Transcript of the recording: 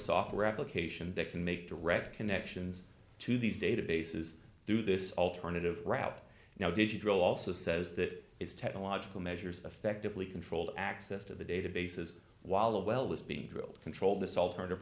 software application that can make direct connections to these databases through this alternative route now did you draw also says that it's technological measures effectively controlled access to the databases while the well that's being drilled controlled this alternative